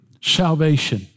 salvation